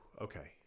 Okay